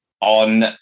on